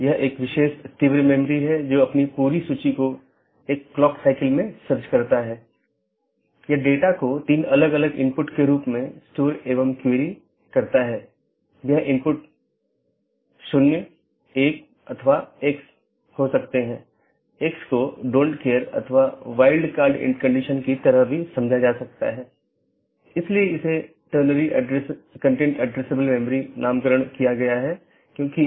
यह मूल रूप से ऑटॉनमस सिस्टमों के बीच सूचनाओं के आदान प्रदान की लूप मुक्त पद्धति प्रदान करने के लिए विकसित किया गया है इसलिए इसमें कोई भी लूप नहीं होना चाहिए